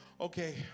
okay